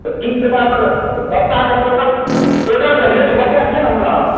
तऽ कि कोना ओकर बता कऽ टोटल टोटल के रेट बतै दिऽ ने हमरा अहाँ